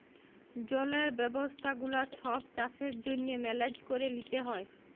জলের ব্যবস্থা গুলা ছব চাষের জ্যনহে মেলেজ ক্যরে লিতে হ্যয়